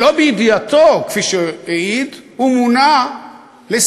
שלא בידיעתו, כפי שהעיד, הוא מונה לשר